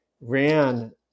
ran